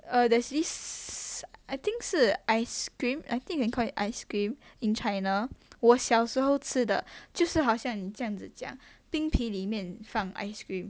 err there's this I think 是 ice cream I think you can call it ice cream in China 我小时候吃的就是好像你这样子讲冰皮里面放 ice cream